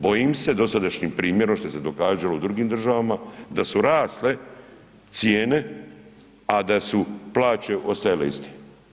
Bojim se dosadašnjim primjerom, što se događalo u drugim državama, da su rasle cijene, a da su plaće ostajale iste.